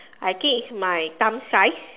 I think it's my thumb size